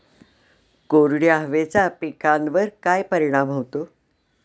कोरड्या हवेचा पिकावर काय परिणाम होतो?